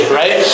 right